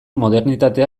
modernitatea